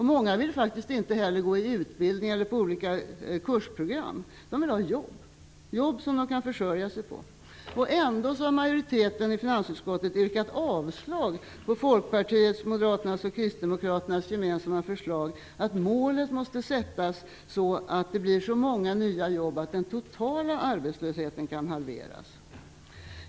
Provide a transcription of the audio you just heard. Många vill faktiskt inte heller delta i någon utbildning eller i olika kursprogram. De vill ha jobb som de kan försörja sig på. Ändå har majoriteten i finansutskottet yrkat avslag på Folkpartiets, Moderaternas och Kristdemokraternas gemensamma förslag om att målet måste sättas så att det blir så många nya jobb att den totala arbetslösheten kan halveras.